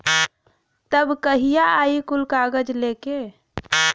तब कहिया आई कुल कागज़ लेके?